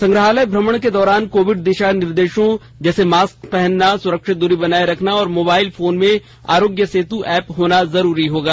संग्रहालय भ्रमण के दौरान कोविड दिशा निर्देशों जैसे मास्क पहनना सुरक्षित दूरी बनाये रखना और मोबाइल फोन में आरोग्यस सेत एप होना जरूरी होगा